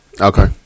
okay